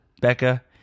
Becca